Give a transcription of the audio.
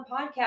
podcast